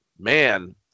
man